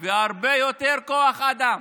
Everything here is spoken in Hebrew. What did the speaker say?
והרבה יותר כוח אדם,